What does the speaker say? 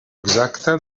exacta